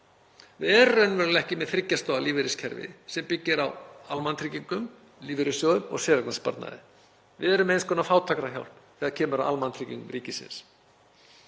Við erum raunverulega ekki með þriggja stoða lífeyriskerfi sem byggir á almannatryggingum, lífeyrissjóðum og séreignarsparnaði. Við erum með eins konar fátækrahjálp þegar kemur að almannatryggingum ríkisins.